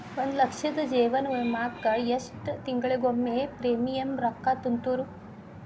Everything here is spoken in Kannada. ಒಂದ್ ಲಕ್ಷದ ಜೇವನ ವಿಮಾಕ್ಕ ಎಷ್ಟ ತಿಂಗಳಿಗೊಮ್ಮೆ ಪ್ರೇಮಿಯಂ ರೊಕ್ಕಾ ತುಂತುರು?